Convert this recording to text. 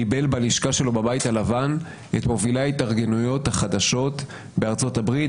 קיבל בלשכה שלו בבית הלבן את מובילי ההתארגנויות החדשות בארצות-הברית,